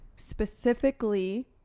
specifically